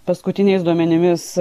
paskutiniais duomenimis